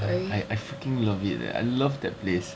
I freaking love it eh I love that place